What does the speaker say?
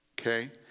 Okay